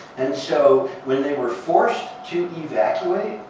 and so when they were forced to evacuate,